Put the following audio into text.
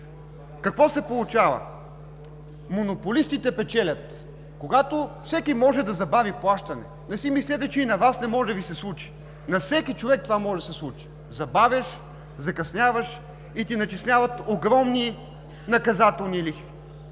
Какво се получава? Монополистите печелят, когато всеки може да забави плащане. Не си мислете, че и на Вас не може да Ви се случи. На всеки човек това може да се случи. Забавяш, закъсняваш и ти начисляват огромни наказателни лихви.